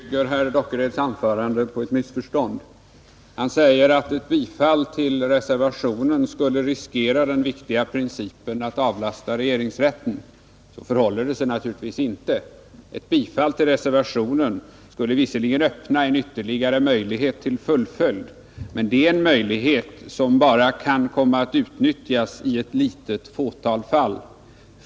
Herr talman! Såvitt jag kan finna bygger herr Dockereds anförande på ett missförstånd. Han säger att ett bifall till reservationen skulle riskera den viktiga principen att avlasta regeringsrätten. Så förhåller det sig naturligtvis inte. Ett bifall till reservationen skulle visserligen öppna en ytterligare möjlighet till fullföljd, men det är en möjlighet som bara kan komma att utnyttjas i ett fåtal fall.